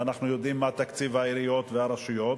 ואנחנו יודעים מה תקציב העיריות והרשויות,